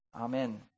Amen